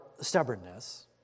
stubbornness